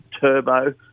turbo